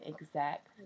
exact